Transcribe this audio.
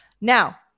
Now